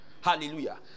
Hallelujah